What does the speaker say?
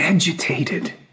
Agitated